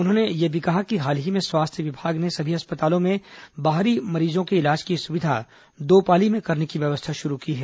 उन्होंने यह भी कहा कि हाल ही में स्वास्थ्य विभाग ने सभी अस्पतालों में बाहरी मरीजों के इलाज की सुविधा दो पाली में करने की व्यवस्था शुरू की है